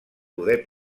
poder